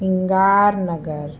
Singar Nagar